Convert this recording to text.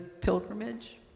pilgrimage